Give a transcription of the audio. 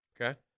Okay